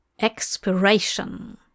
Expiration